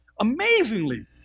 amazingly